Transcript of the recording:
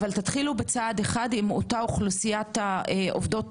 אבל תתחילו בצעד אחד עם אותה אוכלוסייה של עובדות,